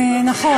נכון.